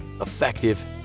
effective